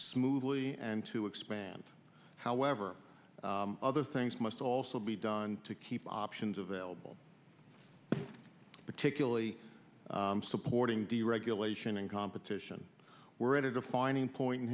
smoothly and to expand however other things must also be done to keep options available particularly supporting deregulation and competition were at a defining point in